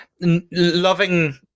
Loving